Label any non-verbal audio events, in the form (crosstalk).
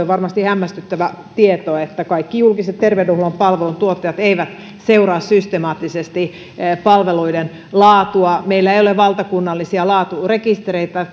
(unintelligible) varmasti hämmästyttävä tieto että kaikki julkiset terveydenhuollon palveluntuottajat eivät seuraa systemaattisesti palveluiden laatua meillä ei ole valtakunnallisia laaturekistereitä (unintelligible)